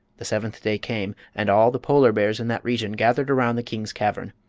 the seventh day came, and all the polar bears in that region gathered around the king's cavern.